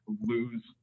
lose